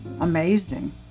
amazing